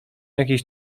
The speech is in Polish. jakiś